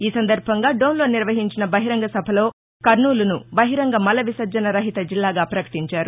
ఈసందర్భంగా డోన్లో నిర్వహించిన బహిరంగ సభలో కర్నూలును బహిరంగ మల విసర్జన రహిత జిల్లాగా ప్రకటించారు